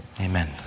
amen